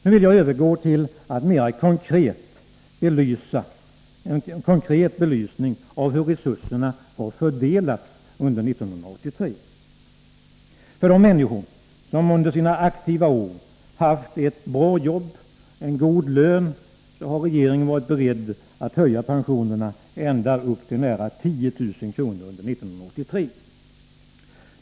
Nu vill jag övergå till en mer konkret belysning av hur resurserna har fördelats under 1983. För de människor som under sina aktiva år haft ett bra jobb med god lön har regeringen varit beredd att höja pensionerna med ända upp till nära 10 000 kr. under 1983.